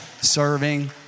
serving